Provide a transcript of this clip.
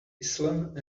islam